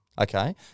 Okay